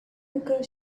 because